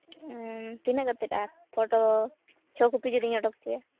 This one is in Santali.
ᱛᱤᱱᱟᱹᱜ ᱠᱟᱛᱮᱫ ᱟᱨ ᱯᱷᱳᱴᱳ ᱪᱷᱚ ᱠᱳᱯᱤ ᱡᱩᱫᱤᱧ ᱳᱰᱳᱠ ᱦᱚᱪᱳᱭᱟ